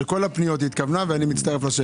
של כל הפניות התכוונה, ואני מצטרף.